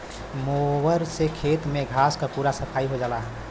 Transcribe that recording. mower से खेत में घास के पूरा सफाई हो जाला